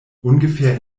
ungefähr